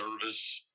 service